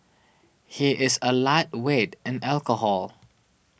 he is a lightweight in alcohol